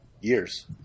years